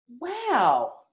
Wow